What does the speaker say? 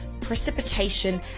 precipitation